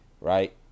right